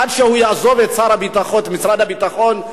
עד שהוא יעזוב את משרד הביטחון,